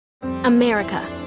America